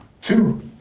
two